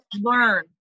learn